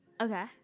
okay